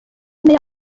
meya